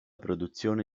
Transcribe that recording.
produzione